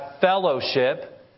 fellowship